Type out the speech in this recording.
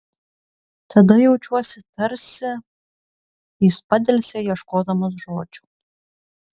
tada jaučiuosi tarsi jis padelsė ieškodamas žodžių